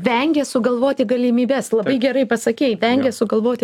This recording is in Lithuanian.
vengia sugalvoti galimybes labai gerai pasakei vengia sugalvoti